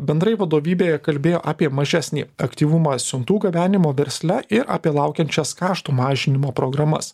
bendrai vadovybė kalbėjo apie mažesnį aktyvumą siuntų gabenimo versle ir apie laukiančias kaštų mažinimo programas